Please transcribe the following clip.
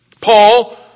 Paul